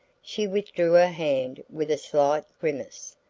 she withdrew her hand with a slight grimace.